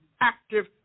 active